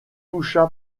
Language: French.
toucha